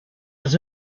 was